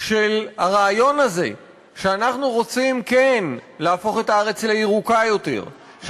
של הרעיון הזה כשאנחנו רוצים כן להפוך את הארץ לירוקה יותר,